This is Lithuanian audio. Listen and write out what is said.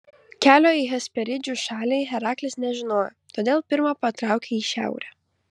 kelio į hesperidžių šalį heraklis nežinojo todėl pirma patraukė į šiaurę